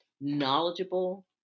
knowledgeable